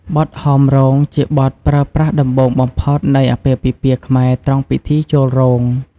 បទហោមរោងជាបទប្រើប្រាស់ដំបូងបំផុតនៃអាពាពិពាហ៍ខ្មែរត្រង់ពិធីចូលរោង។